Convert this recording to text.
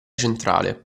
centrale